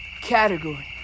category